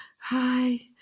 Hi